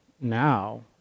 now